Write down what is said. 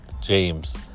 James